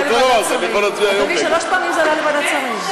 ביום ראשון זה עולה לוועדת שרים.